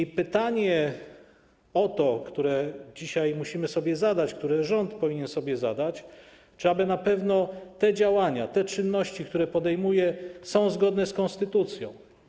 I pytanie, które dzisiaj musimy sobie zadać, które rząd powinien sobie zadać, brzmi, czy aby na pewno te działania, te czynności, które podejmuje, są zgodne z konstytucją.